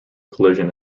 collision